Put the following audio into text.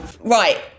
right